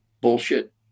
bullshit